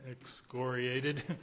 excoriated